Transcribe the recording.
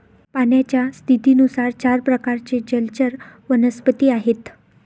पाण्याच्या स्थितीनुसार चार प्रकारचे जलचर वनस्पती आहेत